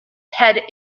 head